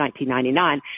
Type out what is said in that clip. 1999